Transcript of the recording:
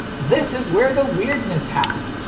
this is where the weirdness happens!